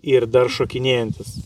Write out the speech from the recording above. ir dar šokinėjantys